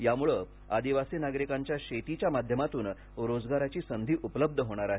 यामुळे आदिवासी नागरिकांना शेतीच्या माध्यमातून रोजगाराची संधी उपलब्ध होणार आहे